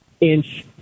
inch